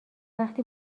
وقتی